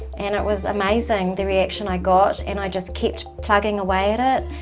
and it was amazing the reaction i got and i just kept plugging away at it.